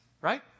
right